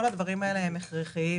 כל הדברים האלה הם הכרחיים,